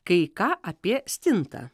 kai ką apie stintą